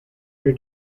your